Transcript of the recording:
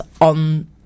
on